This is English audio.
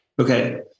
Okay